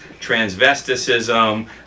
transvesticism